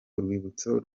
urwibutso